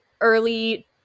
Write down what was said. early